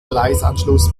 gleisanschluss